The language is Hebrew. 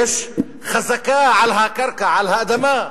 יש חזקה על הקרקע, על האדמה.